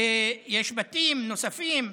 ויש בתים נוספים,